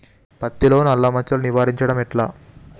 పత్తిలో నల్లా మచ్చలను నివారించడం ఎట్లా?